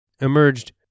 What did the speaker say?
emerged